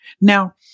Now